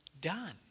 done